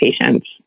patients